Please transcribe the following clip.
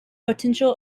potential